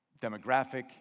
demographic